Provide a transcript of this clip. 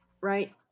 right